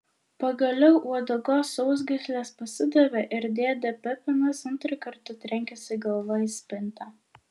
pagaliau uodegos sausgyslės pasidavė ir dėdė pepinas antrą kartą trenkėsi galva į spintą